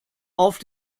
auf